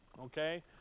Okay